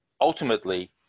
ultimately